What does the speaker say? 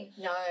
No